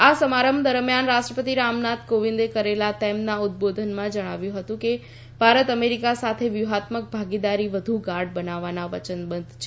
આ સમારંભ દરમિયાન રાષ્ટ્રપતિ રામનાથ કોવિંદે કરેલા તેમના ઉદબોધનમાં જણાવ્યું હતું કે ભારત અમેરિકા સાથેની વ્યુહાત્મક ભાગીદારી વધુ ગાઢ બનાવવા વયનબદ્વ છે